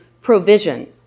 provision